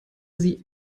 sie